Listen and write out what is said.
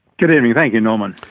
good evening, thank you norman.